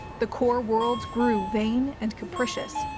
the core worlds grew vain and capricious,